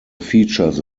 features